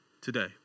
today